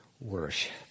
Worship